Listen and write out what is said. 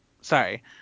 sorry